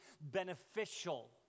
beneficial